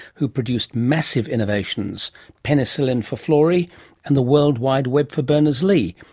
who produced massive innovations penicillin for florey and the world wide web for berners-lee,